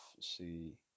see